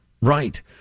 Right